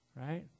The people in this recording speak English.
right